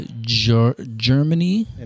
Germany